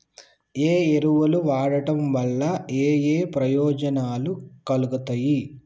ఏ ఎరువులు వాడటం వల్ల ఏయే ప్రయోజనాలు కలుగుతయి?